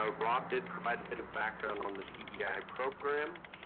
um rob did provide a bit of background on the ceia program,